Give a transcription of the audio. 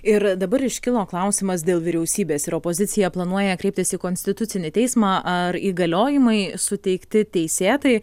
ir dabar iškilo klausimas dėl vyriausybės ir opozicija planuoja kreiptis į konstitucinį teismą ar įgaliojimai suteikti teisėtai